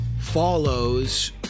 follows